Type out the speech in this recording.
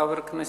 חבר הכנסת,